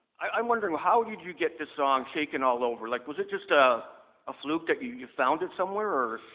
i'm wondering how did you get the song shaking all over? like was it just a ah fluke that you you found it somewhere